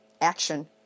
action